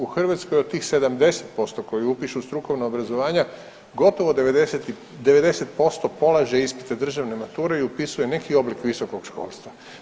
U Hrvatskoj od tih 70% koji upišu strukovna obrazovanja gotovo 90% polaže ispite državne mature i upisuje neki oblik visokog školstva.